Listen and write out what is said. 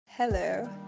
Hello